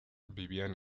vivían